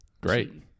great